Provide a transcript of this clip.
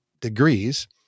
degrees